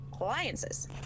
alliances